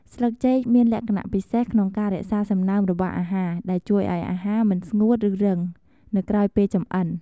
ស្លឹកចេកមានលក្ខណៈពិសេសក្នុងការរក្សាសំណើមរបស់អាហារ ដែលជួយឱ្យអាហារមិនស្ងួតឬរឹងនៅក្រោយពេលចម្អិន។